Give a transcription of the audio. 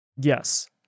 Yes